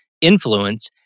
influence